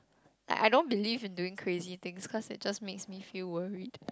like I don't believe in doing crazy things cause it just makes me feel worried